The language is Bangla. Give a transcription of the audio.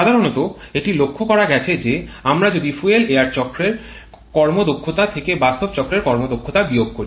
সাধারণত এটি লক্ষ্য করা গেছে যে আমরা যদি ফুয়েল এয়ার চক্রের কর্মদক্ষতা থেকে বাস্তব চক্রের কর্মদক্ষতা বিয়োগ করি